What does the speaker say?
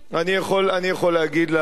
הנה, אני אגיד לך,